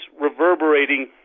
reverberating